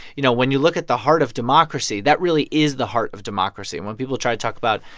you know, when you look at the heart of democracy, that really is the heart of democracy. and when people try to talk about,